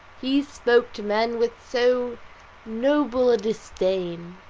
he spoke to men with so noble a disdain,